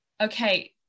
okay